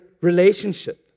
relationship